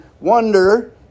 wonder